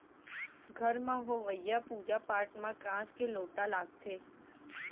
घर म होवइया पूजा पाठ म कांस के लोटा लागथे